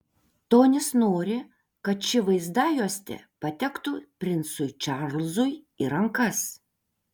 tonis nori kad ši vaizdajuostė patektų princui čarlzui į rankas